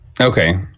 Okay